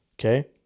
okay